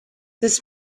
this